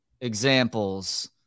examples